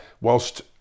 whilst